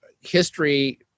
history